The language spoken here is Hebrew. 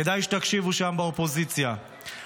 כדאי שתקשיבו שם באופוזיציה,